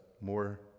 more